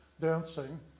dancing